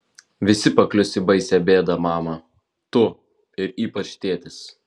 visi paklius į baisią bėdą mama tu ir ypač tėtis